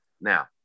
Now